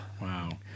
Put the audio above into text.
Wow